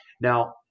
Now